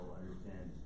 understand